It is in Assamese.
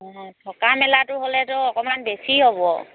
অঁ থকা মেলাতো হ'লেতো অকণমান বেছি হ'ব